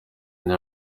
yari